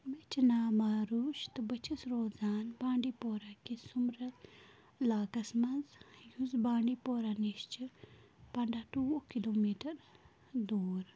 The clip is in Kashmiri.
مےٚ چھِ ناو ماروٗش تہٕ بہٕ چھَس روزان بانٛڈی پورہ کہِ سُمرَل علاقَس منٛز یُس بانٛڈی پورہ نِش چھِ پنٛڈاہ ٹُہ وُہ کِلوٗ میٖٹَر دوٗر